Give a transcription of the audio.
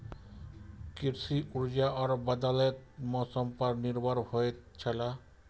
कृषि वर्षा और बदलेत मौसम पर निर्भर होयत छला